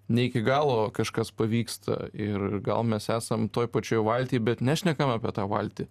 ne iki galo kažkas pavyksta ir gal mes esam toj pačioj valty bet nešnekam apie tą valtį